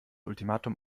ultimatum